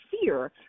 fear